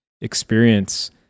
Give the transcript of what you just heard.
experience